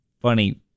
funny